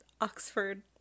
Oxford